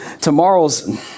tomorrow's